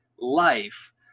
Life